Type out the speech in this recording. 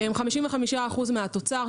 הם 55% מהתוצר,